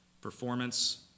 performance